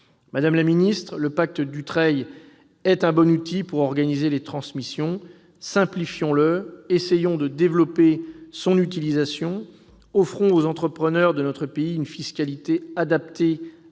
Madame la secrétaire d'État, le pacte Dutreil est un bon outil pour organiser les transmissions. Simplifions-le ! Essayons de développer son utilisation. Offrons aux entrepreneurs de notre pays une fiscalité adaptée